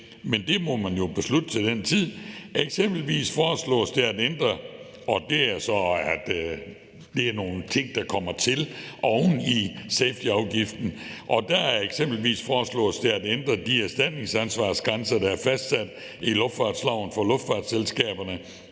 der ikke så meget politik i det. For det første foreslås det at ændre de erstatningsansvarsgrænser, der er fastsat i luftfartsloven for luftfartsselskaberne